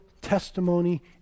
testimony